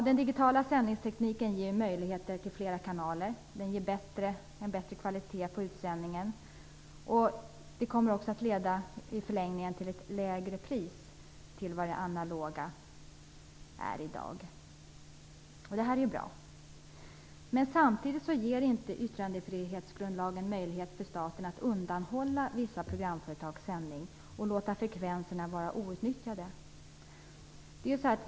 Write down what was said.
Den digitala sändningstekniken ger möjlighet till fler kanaler och en bättre kvalitet på utsändningen, och det kommer i förlängningen också att leda till ett lägre pris än för det analoga. Det är bra. Men samtidigt ger yttrandefrihetsgrundlagen inte möjlighet för staten att undanhålla vissa programföretags sändningar och låta frekvenserna vara outnyttjade.